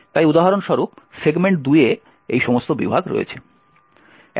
তাই উদাহরণস্বরূপ সেগমেন্ট 2 এ এই সমস্ত বিভাগ রয়েছে